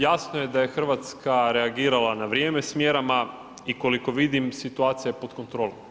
Jasno je da je Hrvatska reagirala na vrijeme s mjerama i koliko vidim situacija je pod kontrolom.